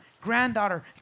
granddaughter